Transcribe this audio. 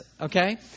Okay